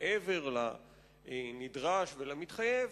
מעבר לנדרש ולמתחייב,